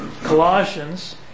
Colossians